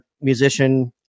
musician